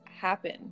happen